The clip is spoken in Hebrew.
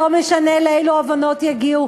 לא משנה לאילו הבנות יגיעו,